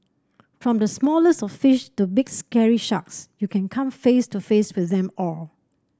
from the smallest of fish to big scary sharks you can come face to face with them all